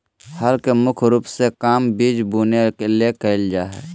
हल के मुख्य रूप से काम बिज बुने ले कयल जा हइ